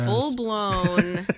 Full-blown